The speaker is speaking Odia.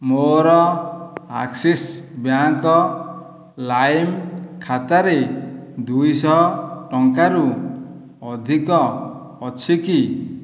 ମୋର ଆକ୍ସିସ୍ ବ୍ୟାଙ୍କ ଲାଇମ୍ ଖାତାରେ ଦୁଇଶହ ଟଙ୍କାରୁ ଅଧିକ ଅଛି କି